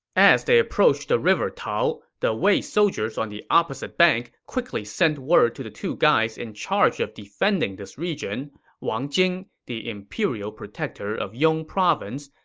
as they approached the river tao, the wei soldiers on the opposite bank quickly sent word to the two guys in charge of defending this region wang jing, the imperial protector of yong province,